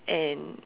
and